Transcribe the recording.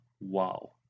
wow